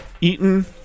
Eaton